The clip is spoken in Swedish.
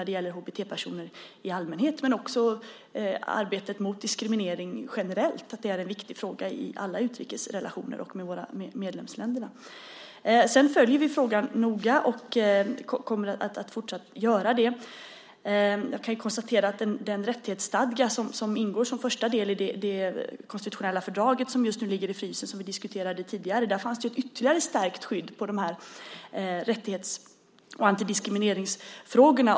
Det gäller HBT-personer men också arbetet mot diskriminering generellt. Det är en viktig fråga i alla utrikesrelationer och med medlemsländerna. Vi följer frågan noga och kommer fortsatt att göra det. Jag kan konstatera att i den rättighetsstadga som ingår som första del i det konstitutionella fördrag som just nu ligger i frysen, som vi diskuterade tidigare, finns det ett ytterligare stärkt skydd när det gäller rättighets och antidiskrimineringsfrågorna.